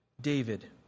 David